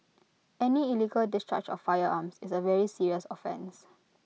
any illegal discharge of firearms is A very serious offence